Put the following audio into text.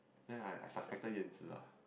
then I suspected Yan-Zhi lah